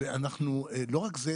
ולא רק זה,